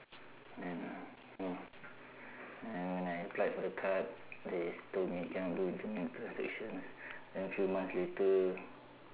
then no then when I applied for the card they told me cannot do internet transactions then few months later